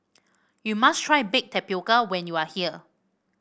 you must try Baked Tapioca when you are here